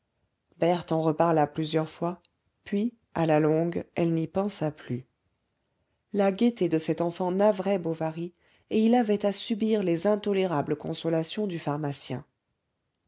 berthe en reparla plusieurs fois puis à la longue elle n'y pensa plus la gaieté de cette enfant navrait bovary et il avait à subir les intolérables consolations du pharmacien